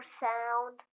sound